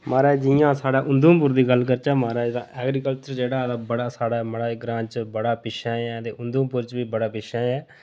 महाराज जियां साढ़े उधमपुर दी गल्ल करचै महाराज तां एग्रीकल्चर जेह्ड़ा ऐ बड़ा साढ़े मड़ा ग्रांऽ च बड़ा पिच्छें ऐ ते उधमपुर च बी बड़ा पिच्छें ऐ